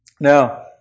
Now